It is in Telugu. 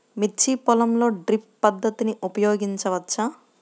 మిర్చి పొలంలో డ్రిప్ పద్ధతిని ఉపయోగించవచ్చా?